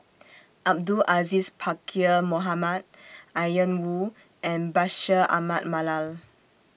Abdul Aziz Pakkeer Mohamed Ian Woo and Bashir Ahmad Mallal